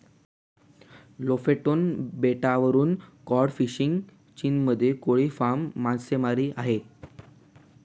Lofoten बेटावरून cod fishing किंवा चीनमध्ये कोळंबी फार्म मासेमारी आहे